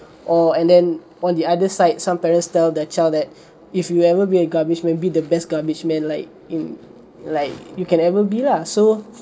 or and then on the other side some parents tell their child that if you ever be a garbageman the best garbageman like in like you can ever be lah so